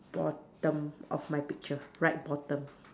bottom of my picture right bottom